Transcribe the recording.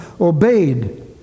obeyed